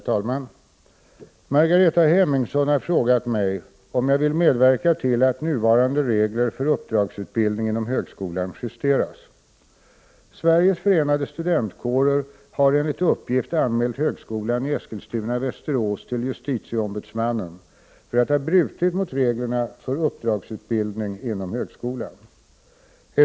Herr talman! Margareta Hemmingsson har frågat mig om jag vill medverka till att nuvarande regler för uppdragsutbildning inom högskolan justeras. Sveriges förenade studentkårer har enligt uppgift anmält högskolan i för uppdragsutbildning inom högskolan.